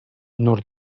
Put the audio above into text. nord